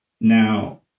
Now